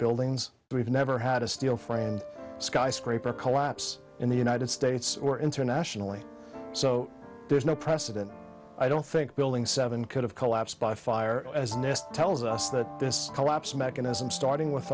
buildings but we've never had a steel framed skyscraper collapse in the united states or internationally so there's no precedent i don't think building seven could have collapsed by fire as nist tells us that this collapse mechanism starting with